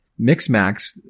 MixMax